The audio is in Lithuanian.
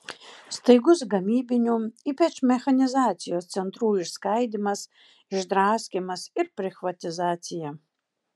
staigus gamybinių ypač mechanizacijos centrų išskaidymas išdraskymas ir prichvatizacija